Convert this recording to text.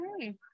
okay